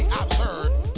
absurd